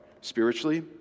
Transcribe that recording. spiritually